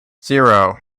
zero